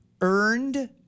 Earned